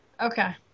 Okay